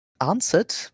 answered